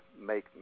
make